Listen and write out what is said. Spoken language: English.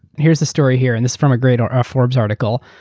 here's the story here, and this from a great um ah forbes article.